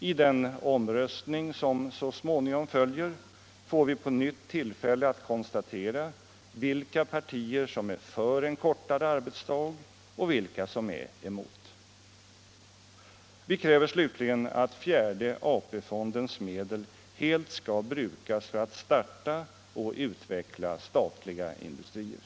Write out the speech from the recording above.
I den omröstning som så småningom följer får vi på nytt tillfälle att konstatera vilka partier som är för en kortare arbetsdag och vilka som är emot. Vi kräver slutligen att fjärde AP-fondens medel helt skall brukas för att starta och utveckla statliga industrier.